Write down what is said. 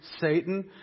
Satan